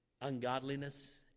ungodliness